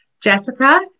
Jessica